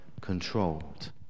controlled